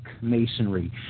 masonry